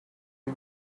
you